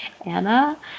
Anna